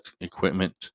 equipment